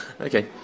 Okay